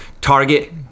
target